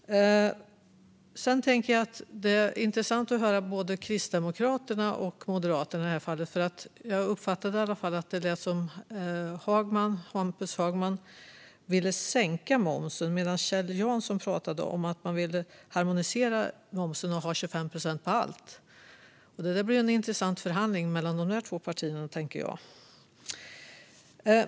Det är intressant att höra både Kristdemokraterna och Moderaterna i detta fall. Jag uppfattade i alla fall att Hampus Hagman vill sänka momsen, medan Kjell Jansson pratade om att man vill harmonisera momsen och ha 25 procent på allt. Jag tänker att det blir en intressant förhandling mellan dessa två partier.